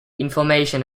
information